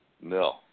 No